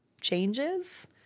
changes